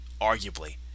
arguably